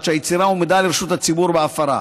שהיצירה הועמדה לרשות הציבור בהפרה,